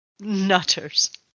nutters